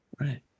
right